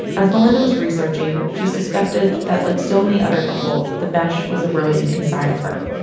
as melynda was researching, she suspected that like so many other people, the mesh was eroding inside of her.